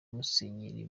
musenyeri